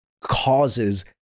causes